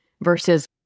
versus